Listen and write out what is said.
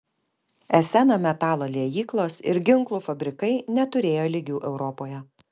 eseno metalo liejyklos ir ginklų fabrikai neturėjo lygių europoje